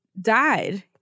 died